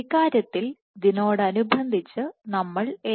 ഇക്കാര്യത്തിൽ ഇതിനോടനുബന്ധിച്ച് നമ്മൾ എ